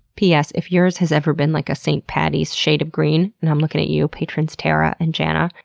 p s. if yours has ever been like a st. patty's shade of green, and i'm looking at you, patrons tara and janna,